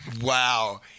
Wow